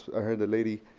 i heard the lady,